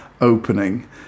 opening